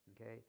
okay